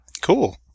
Cool